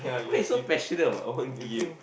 why you so passionate about own game